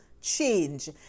change